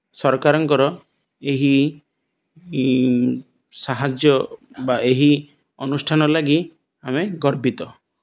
ସରକାରଙ୍କର ଏହି ସାହାଯ୍ୟ ବା ଏହି ଅନୁଷ୍ଠାନ ଲାଗି ଆମେ ଗର୍ବିତ